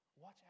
Watch